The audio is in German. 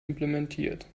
implementiert